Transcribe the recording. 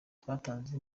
twatanze